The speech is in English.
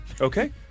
Okay